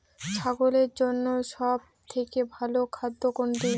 ছাগলের জন্য সব থেকে ভালো খাদ্য কোনটি?